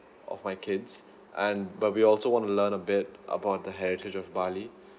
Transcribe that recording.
of my kids and but we also want to learn a bit about the heritage of bali